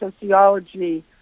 sociology